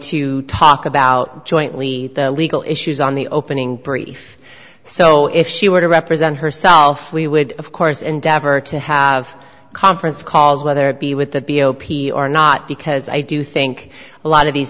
to talk about jointly the legal issues on the opening brief so if she were to represent herself we would of course endeavor to have conference calls whether it be with the b o p or not because i do think a lot of these